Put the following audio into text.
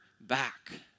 back